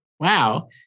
Wow